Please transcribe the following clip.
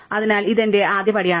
അതിനാൽ ഇത് എന്റെ ആദ്യപടിയാണ്